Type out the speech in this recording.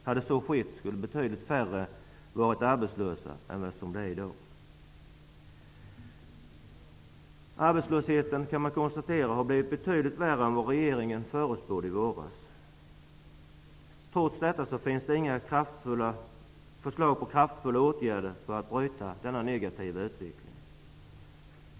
Hade så skett, skulle betydligt färre ha varit arbetslösa än som i dag är fallet. Arbetslösheten har blivit betydligt värre än regeringen i våras förutspådde. Trots detta finns inga förslag på kraftfulla åtgärder för att bryta denna negativa utveckling.